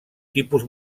tipus